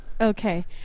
Okay